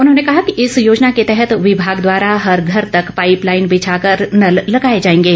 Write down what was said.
उन्होंने कहा कि इस योजना के तहत विभाग द्वारा हर घर तक पाइप लाइन बिछाकर नल लगाए जाएंगे